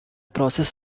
process